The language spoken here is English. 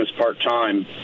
part-time